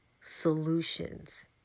solutions